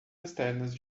externas